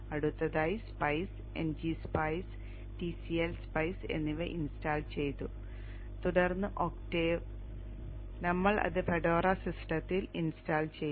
അടുത്തതായി spice ngSpice tcl spice എന്നിവ install ചെയ്തു തുടർന്ന് octave ഞങ്ങൾ അത് ഫെഡോറ സിസ്റ്റത്തിൽ ഇൻസ്റ്റാൾ ചെയ്തു